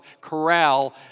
corral